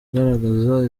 ugaragaza